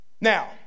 Now